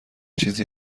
چیزی